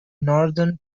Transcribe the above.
northern